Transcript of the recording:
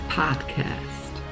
podcast